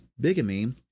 bigamy